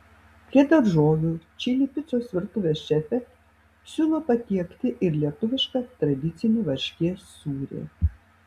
prie daržovių čili picos virtuvės šefė siūlo patiekti ir lietuvišką tradicinį varškės sūrį